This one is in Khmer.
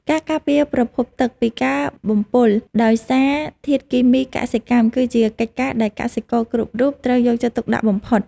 ការការពារប្រភពទឹកពីការបំពុលដោយសារធាតុគីមីកសិកម្មគឺជាកិច្ចការដែលកសិករគ្រប់រូបត្រូវយកចិត្តទុកដាក់បំផុត។